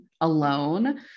alone